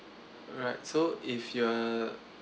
alright so if you're